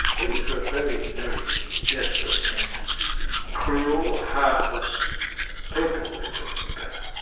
these were very, very desperate and cruel, heartless people we're talking about.